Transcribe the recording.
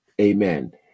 Amen